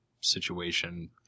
situation